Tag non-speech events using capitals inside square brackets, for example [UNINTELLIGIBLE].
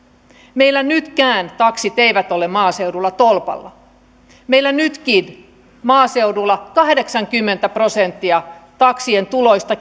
meillä nytkään taksit eivät ole maaseudulla tolpalla meillä nytkin maaseudulla keskimäärin kahdeksankymmentä prosenttia taksien tuloista [UNINTELLIGIBLE]